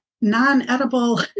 non-edible